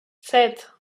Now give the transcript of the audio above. set